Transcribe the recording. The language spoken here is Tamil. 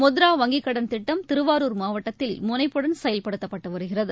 முத்ரா வங்கிக் கடன் திட்டம் திருவாரூர் மாவட்டத்தில் முனைப்புடன் செயல்படுத்தப்பட்டுவருகிறது